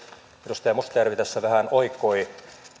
edustaja mustajärvi tässä vähän oikoi